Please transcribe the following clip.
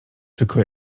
tylko